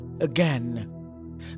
again